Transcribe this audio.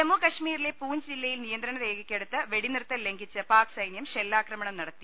ജമ്മുകശ്മീരിലെ പൂഞ്ച് ജില്ലയിൽ നിയന്ത്രണരേഖയ്ക്കടുത്ത് വെടിനിർത്തൽ ലംഘിച്ച് പാക് സൈന്യം ഷെല്ലാക്രമണം നടത്തി